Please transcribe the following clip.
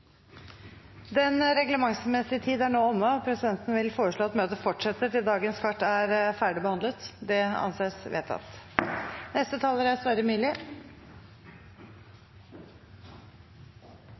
Den reglementsmessige tiden for Stortingets møte er nå omme, og presidenten vil foreslå at møtet fortsetter til sakene på dagens kart er ferdigbehandlet. – Det anses vedtatt.